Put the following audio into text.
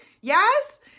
Yes